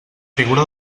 figura